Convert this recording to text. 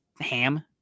ham